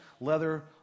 leather